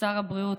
שר הבריאות,